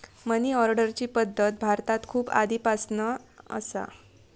मनी ऑर्डरची पद्धत भारतात खूप आधीपासना असा